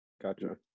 gotcha